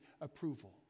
approval